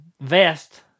vest